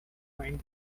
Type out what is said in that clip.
going